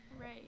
Right